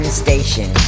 station